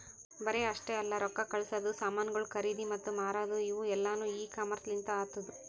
ಬರೇ ಅಷ್ಟೆ ಅಲ್ಲಾ ರೊಕ್ಕಾ ಕಳಸದು, ಸಾಮನುಗೊಳ್ ಖರದಿ ಮತ್ತ ಮಾರದು ಇವು ಎಲ್ಲಾನು ಇ ಕಾಮರ್ಸ್ ಲಿಂತ್ ಆತ್ತುದ